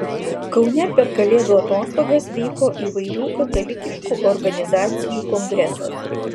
kaune per kalėdų atostogas vyko įvairių katalikiškų organizacijų kongresas